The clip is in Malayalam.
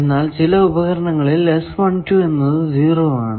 എന്നാൽ ചില ഉപകരണങ്ങളിൽ എന്നത് 0 ആണ്